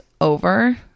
over